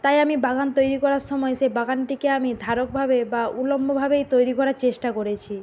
তাই আমি বাগান তৈরি করার সময় সে বাগান থেকে আমি ধারকভাবে বা উলম্বভাবেই তৈরি করার চেষ্টা করেছি